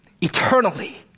eternally